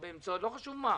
לא חשוב כיצד,